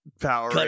Power